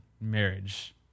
marriage